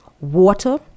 water